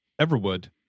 Everwood